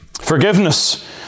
Forgiveness